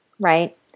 right